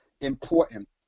important